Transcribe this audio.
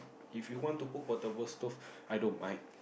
if you want to put portable stove i don't mind